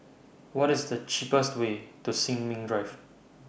What IS The cheapest Way to Sin Ming Drive